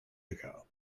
ago